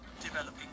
developing